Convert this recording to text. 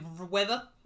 weather